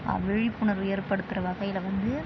விழிப்புணர்வு ஏற்படுத்துகிற வகையில் வந்து